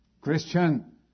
Christian